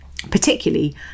particularly